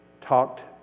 talked